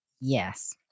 Yes